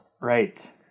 Right